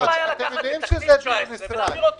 מה הבעיה לקחת את תקציב 2019 ולהעביר אותו